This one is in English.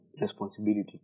responsibility